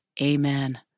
Amen